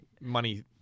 money